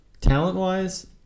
talent-wise